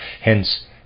Hence